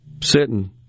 sitting